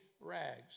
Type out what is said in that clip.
rags